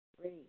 Three